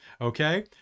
Okay